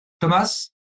Thomas